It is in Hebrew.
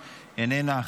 איננה,